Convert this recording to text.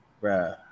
bro